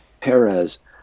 Perez